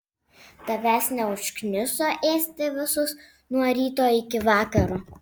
tavęs neužkniso ėsti visus nuo ryto iki vakaro